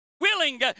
willing